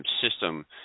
system